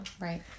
Right